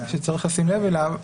שצריך לשים לב אליו,